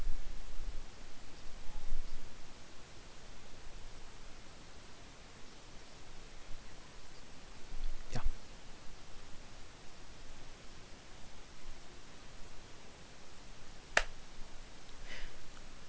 yeah